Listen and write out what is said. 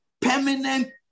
permanent